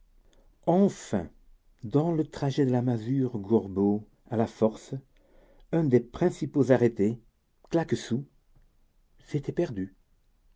enfin dans le trajet de la masure gorbeau à la force un des principaux arrêtés claquesous s'était perdu